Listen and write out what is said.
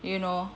you know